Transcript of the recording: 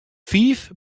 fiif